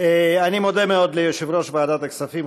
אני מודה מאוד ליושב-ראש ועדת הכספים,